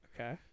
Okay